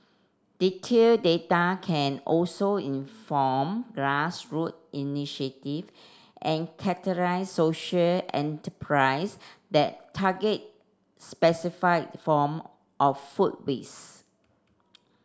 detailed data can also inform grass root initiative and catalyse social enterprises that target specify form of food waste